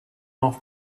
off